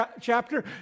chapter